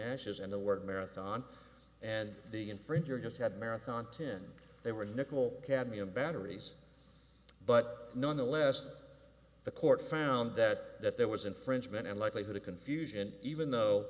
ashes and the word marathon and the infringer just had marathon ten they were nickel cadmium batteries but nonetheless the court found that there was infringement and likelihood of confusion even though